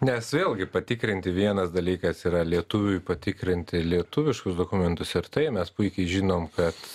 nes vėlgi patikrinti vienas dalykas yra lietuviui patikrinti lietuviškus dokumentus ir tai mes puikiai žinom kad